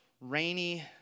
rainy